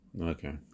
Okay